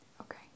okay